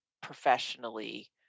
professionally